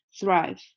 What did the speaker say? thrive